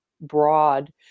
broad